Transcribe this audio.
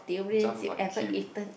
jump my queue